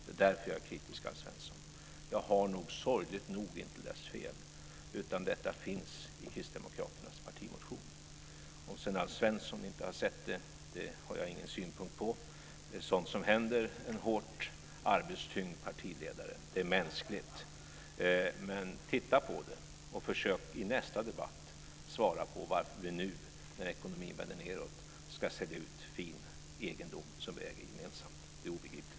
Det är därför jag är kritisk, Alf Svensson. Jag har nog, sorgligt nog, inte läst fel, utan detta finns i Kristdemokraternas partimotion. Om sedan inte Alf Svensson har sett det har jag ingen synpunkt på det. Det är sådant som händer en hårt arbetstyngd partiledare. Det är mänskligt. Men titta på det, och försök i nästa debatt svara på varför vi nu, när ekonomin vänder nedåt, ska sälja ut fin egendom som vi äger gemensamt. Det är obegripligt.